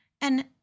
and